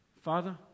Father